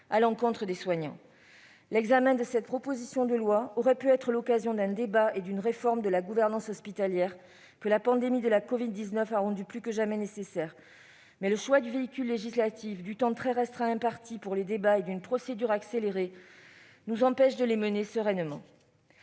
vis-à-vis des soignants. L'examen de cette proposition de loi aurait pu être l'occasion d'un débat et d'une réforme de la gouvernance hospitalière que la pandémie de la covid-19 a rendue plus que jamais nécessaire. Mais le choix du véhicule législatif, le temps très restreint imparti aux débats et l'engagement de la procédure accélérée nous empêchent de les mener sereinement.